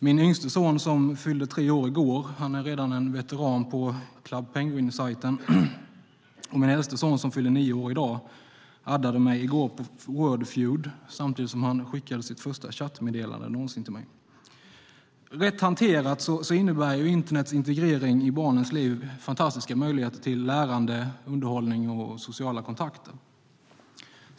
Min yngste son, som fyllde tre år i går, är redan en veteran på Club Penguin-sajten, och min äldste son, som fyller nio år i dag, addade mig i går på Wordfeud samtidigt som han skickade sitt första chattmeddelande någonsin till mig. Rätt hanterad innebär internets integrering i barnens liv fantastiska möjligheter till lärande, underhållning och sociala kontakter.